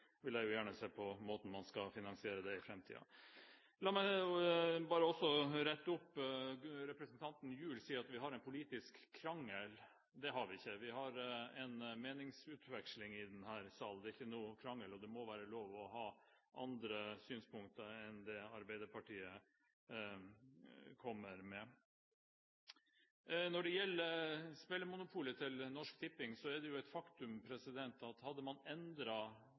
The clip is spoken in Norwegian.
jeg gjerne se hvordan man skulle finansiere dette i framtiden. La meg også rette opp det representanten Gjul sa om at vi har en politisk krangel. Det har vi ikke. Vi har en meningsutveksling i denne sal. Det er ingen krangel. Det må være lov å ha andre synspunkter enn dem som Arbeiderpartiet kommer med. Når det gjelder spillmonopolet til Norsk Tipping, er det et faktum at dersom man